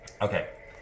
Okay